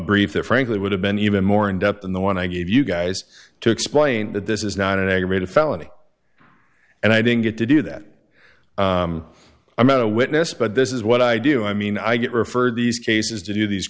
brief that frankly would have been even more in depth in the one i gave you guys to explain that this is not an aggravated felony and i didn't get to do that i'm not a witness but this is what i do i mean i get referred these cases to these